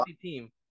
team